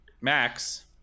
max